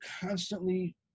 constantly